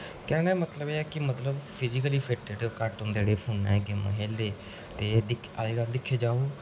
कैहने दा मतलब एह् ऐ कि मतलब फिजीकली फिट घट्ट ना जेह्डे़ गेमां खेढदे अजकल दिक्खेआ जाए